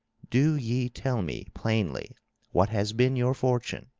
do ye tell me plainly what has been your fortune,